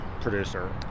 producer